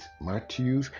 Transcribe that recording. Matthew